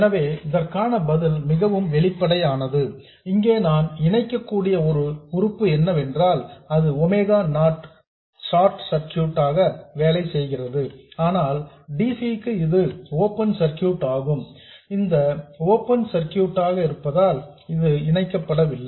எனவே இதற்கான பதில் மிகவும் வெளிப்படையானது இங்கே நான் இணைக்கக்கூடிய ஒரு உறுப்பு என்னவென்றால் அது ஒமேகா நாட் க்கு ஷார்ட் சர்க்யூட் ஆக வேலை செய்கிறது ஆனால் dc க்கு இது ஒரு ஓபன் சர்க்யூட் ஆகும் இது ஓபன் சர்க்யூட் ஆக இருப்பதால் இணைக்கப்படவில்லை